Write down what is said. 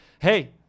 hey